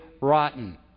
rotten